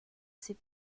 ses